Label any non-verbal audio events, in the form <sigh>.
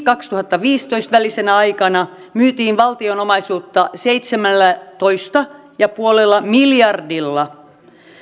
<unintelligible> kaksituhattaviisitoista välisenä aikana myytiin valtion omaisuutta seitsemällätoista pilkku viidellä miljardilla